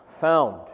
found